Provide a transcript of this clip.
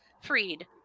freed